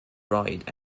write